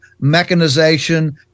mechanization